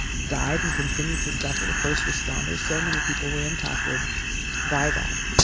died and continue to suffer the first responders. so many people were impacted by that.